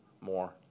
more